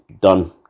done